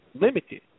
limited